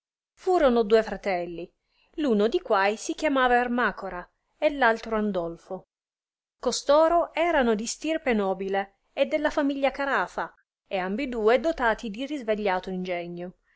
furono due fratelli r uno di quai si chiamava ermacora e l altro andolfo costoro erano di stirpe nobile e della famiglia carafa e ambiduo dotati di risvegliato ingegno